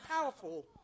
powerful